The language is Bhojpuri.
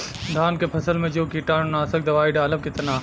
धान के फसल मे जो कीटानु नाशक दवाई डालब कितना?